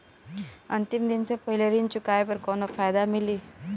अंतिम दिन से पहले ऋण चुकाने पर कौनो फायदा मिली?